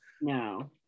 No